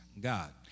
God